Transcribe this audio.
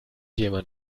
jemand